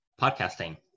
podcasting